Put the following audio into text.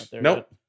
Nope